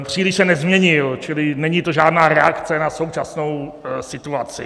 Příliš se nezměnil, čili není to žádná reakce na současnou situaci.